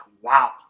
wow